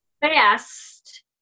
Fast